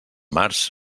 març